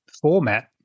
format